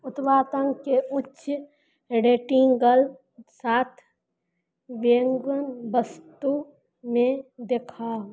उत्पादनके उच्च रेटिंगल साथ बेगन बस्तुमे देखाउ